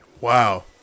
wow